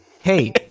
Hey